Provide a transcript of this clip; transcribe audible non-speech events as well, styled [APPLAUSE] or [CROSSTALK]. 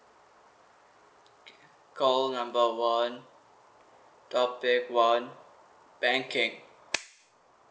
call number one topic one banking [NOISE]